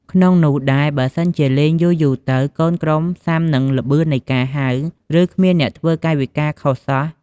ក្នុងនោះដែរ បើសិនជា លេងយូរៗទៅ កូនក្រុមសាំនឹងល្បឿននៃការហៅ ឬគ្មានអ្នកធ្វើកាយវិការខុសសោះ។